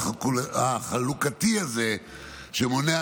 ואני גם שמח שלא כל האופוזיציה נגד העניין הזה,